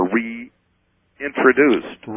reintroduced